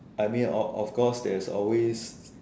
I mean of of course there's always